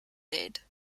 dead